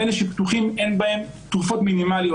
אלה שפתוחים כבר אין בהם תרופות מינימליות,